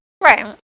Right